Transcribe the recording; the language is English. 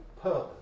purpose